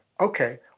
okay